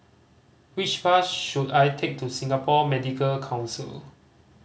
which bus should I take to Singapore Medical Council